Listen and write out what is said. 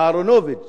אהרונוביץ